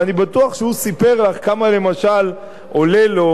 ואני בטוח שהוא סיפר לך כמה למשל עולה לו